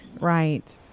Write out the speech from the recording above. right